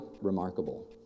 remarkable